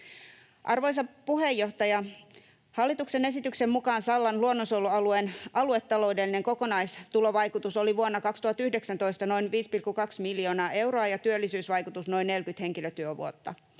Arvoisa puheenjohtaja! Hallituksen esityksen mukaan Sallan luonnonsuojelualueen aluetaloudellinen kokonaistulovaikutus oli vuonna 2019 noin 5,2 miljoonaa euroa ja työllisyysvaikutus noin 40 henkilötyövuotta.